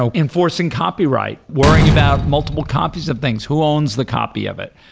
ah enforcing copyright, worrying about multiple copies of things, who owns the copy of it?